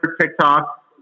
TikTok